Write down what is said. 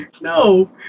No